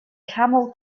camel